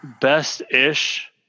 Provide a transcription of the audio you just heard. best-ish